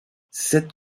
sept